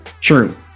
True